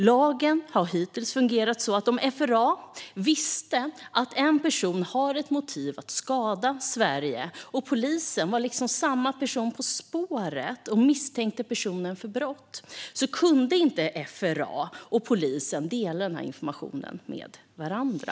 Lagen har hittills fungerat så att om FRA visste att en person har ett motiv att skada Sverige och polisen var samma person på spåren och misstänkte personen för brott kunde inte FRA och polisen dela denna information med varandra.